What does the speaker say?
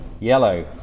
yellow